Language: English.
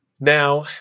Now